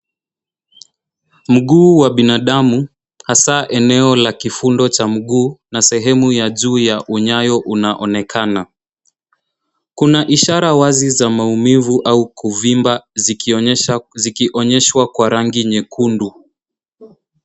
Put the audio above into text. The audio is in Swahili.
Mguu wa binadamu hasa eneo la kifundo cha mguu na sehemu ya juu ya unyayo unaonekana. Kuna ishara wazi za maumivu au kuvimba zikionyeshwa kwa rangi nyekundu.